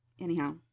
Anyhow